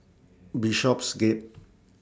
Bishopsgate